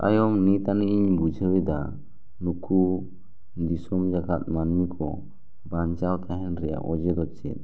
ᱛᱟᱭᱚᱢ ᱱᱤᱛ ᱟᱹᱱᱤᱡ ᱤᱧ ᱵᱩᱡᱷᱟᱹᱣ ᱮᱫᱟ ᱱᱩᱠᱩ ᱫᱤᱥᱚᱢ ᱡᱟᱠᱟᱫ ᱢᱟᱹᱱᱢᱤ ᱠᱚ ᱵᱟᱧᱪᱟᱣ ᱛᱟᱦᱮᱱ ᱨᱮᱭᱟᱜ ᱚᱡᱮ ᱫᱚ ᱪᱮᱫ